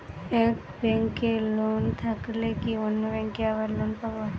এক ব্যাঙ্কে লোন থাকলে কি অন্য ব্যাঙ্কে আবার লোন পাব?